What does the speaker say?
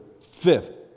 Fifth